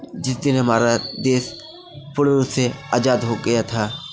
जिस दिन हमारा देश पूर्ण रूप से आजाद हो गया था